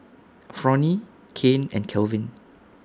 Fronie Kane and Calvin